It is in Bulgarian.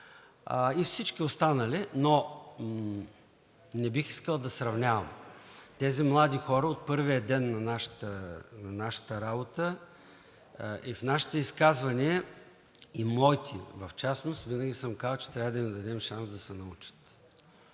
и всички останали, но не бих искал да сравнявам. На тези млади хора от първия ден на нашата работа и в нашите изказвания – и моите в частност, винаги съм казвал, че трябва да им дадем шанс да се научат.